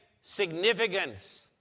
significance